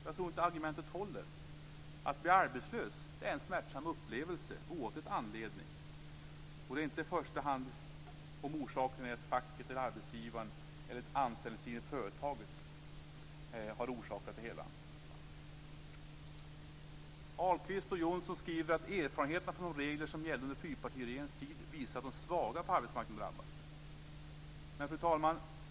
Jag tror inte att argumentet håller. Att bli arbetslös är en smärtsam upplevelse, oavsett anledning. Det har inte i första hand att göra med om facket, arbetsgivaren eller anställningstiden i företaget har orsakat det hela. Ahlqvist och Jonsson skriver att erfarenheterna av de regler som gällde under fyrpartiregeringens tid visar att de svaga på arbetsmarknaden drabbas. Fru talman!